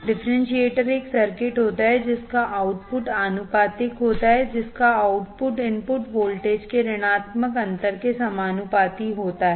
differentiator एक circuit होता है जिसका आउटपुट आनुपातिक होता है जिसका आउटपुट इनपुट वोल्टेज के ऋणात्मक अंतर के समानुपाती होता है